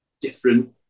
different